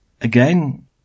Again